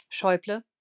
Schäuble